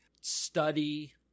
study